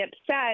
upset